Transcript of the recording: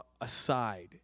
aside